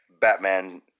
Batman